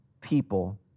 people